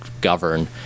govern